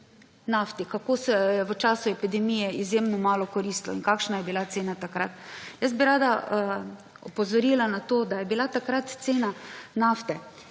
nafti, kako se jo je v času epidemije izjemno malo koristilo in kakšna je bila cena takrat. Jaz bi rada opozorila na to, da je bila takrat cena nafte